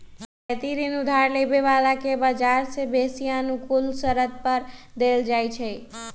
रियायती ऋण उधार लेबे बला के बजार से बेशी अनुकूल शरत पर देल जाइ छइ